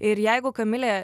ir jeigu kamilė